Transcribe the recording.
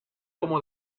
como